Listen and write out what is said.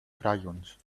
crayons